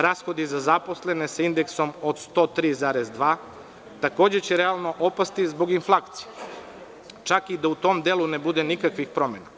Rashodi za zaposlene sa indeksom od 103,2 takođe će realno opasti zbog inflacije, čak i da u tom delu ne bude nikakvih promena.